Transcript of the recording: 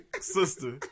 sister